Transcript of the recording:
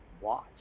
watch